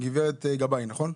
גברת גבאי נכון?